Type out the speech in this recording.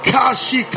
Kashi